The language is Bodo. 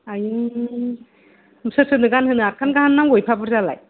आयौ सोर सोरनो गानहोनो आतखान गाहाम नांगौ एफा बुरजालाय